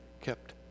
kept